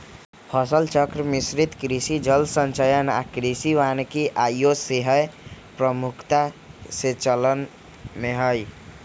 फसल चक्र, मिश्रित कृषि, जल संचयन आऽ कृषि वानिकी आइयो सेहय प्रमुखता से चलन में हइ